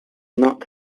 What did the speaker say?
not